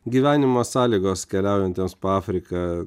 gyvenimo sąlygos keliaujantiems po afriką